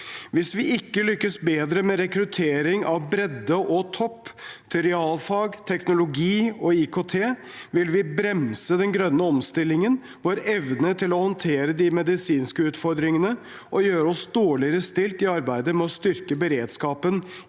Hvis vi ikke lykkes bedre med rekruttering av bredde og topp til realfag, teknologi og IKT, vil vi bremse den grønne omstillingen og vår evne til å håndtere de medisinske utfordringene og bli dårligere stilt i arbeidet med å styrke beredskapen